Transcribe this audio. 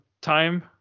time